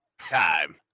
Time